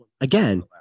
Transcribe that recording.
again